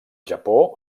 japó